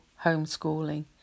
homeschooling